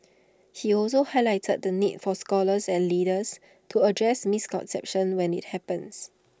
he also highlighted the need for scholars and leaders to address misconceptions when IT happens